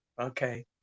Okay